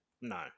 No